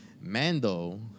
Mando